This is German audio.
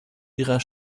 ihrer